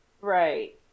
right